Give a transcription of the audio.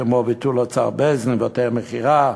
כמו ביטול אוצר בית-דין והיתר המכירה,